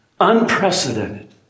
unprecedented